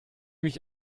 mich